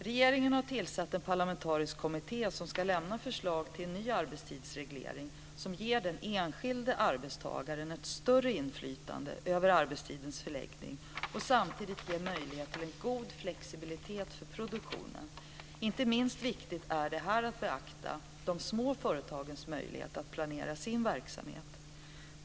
Regeringen har tillsatt en parlamentarisk kommitté som ska lämna förslag till en ny arbetstidsreglering som ger den enskilde arbetstagaren ett större inflytande över arbetstidens förläggning och samtidigt ger möjlighet till en god flexibilitet i produktionen. Inte minst viktigt är det att beakta de små företagens möjligheter att planera sin verksamhet.